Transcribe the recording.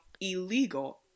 illegal